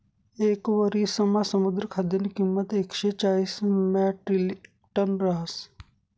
येक वरिसमा समुद्र खाद्यनी किंमत एकशे चाईस म्याट्रिकटन रहास